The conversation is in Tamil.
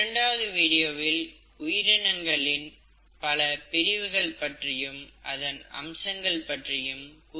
இரண்டாவது வீடியோவில் உயிரினங்களின் பல பிரிவுகள் பற்றியும் அதன் அம்சங்கள் பற்றியும் கூறியிருப்பார்கள்